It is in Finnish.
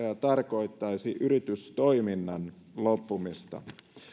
tarkoittaisi yritystoiminnan loppumista